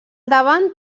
davant